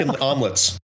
omelets